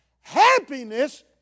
Happiness